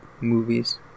movies